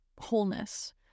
wholeness